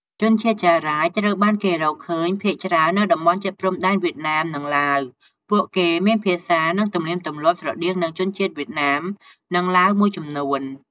ជនជាតិចារាយ ត្រូវបានគេរកឃើញភាគច្រើននៅតំបន់ជិតព្រំដែនវៀតណាម និងឡាវ ពួកគេមានភាសា និងទំនៀមទម្លាប់ស្រដៀងនឹងជនជាតិវៀតណាម និងឡាវមួយចំនួន។